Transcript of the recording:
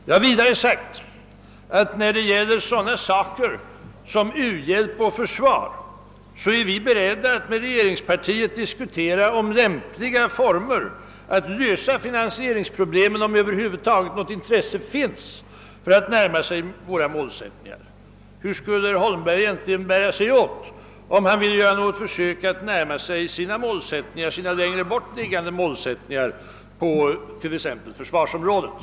Jag har vidare sagt att när det gäller frågor som u-hjälp och försvar är vi beredda att med regeringspartiet diskutera lämpliga former för att lösa finansieringsproblemen, om det över huvud taget finns något intresse där för att närma sig våra målsättningar. Hur skulle herr Holmberg egentligen bära sig åt om han ville göra något försök att närma sig sina längre bort liggande målsättningar på t.ex. försvarsområdet?